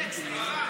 אתה לא מדייק, סליחה.